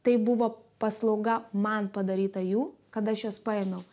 tai buvo paslauga man padaryta jų kad aš juos paėmiau